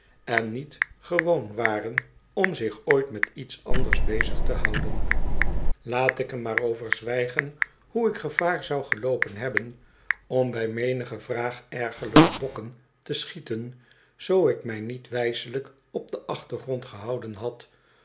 en niet gewoon waren om zich ooit met iets anders bezig te houden laat ik ei maar over zwijgen hoe ik gevaar zou geloopen hebben om bij menige vraag ergerlijke bokken te schieten zoo ik mij niet wijselijk op den achtergrond gehouden had